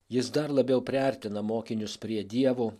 jis dar labiau priartina mokinius prie dievo